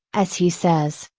as he says,